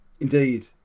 Indeed